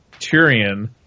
Tyrion